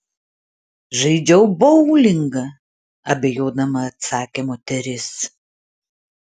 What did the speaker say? žaidžiau boulingą abejodama atsakė moteris